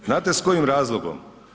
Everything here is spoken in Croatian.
Znate s kojim razlogom?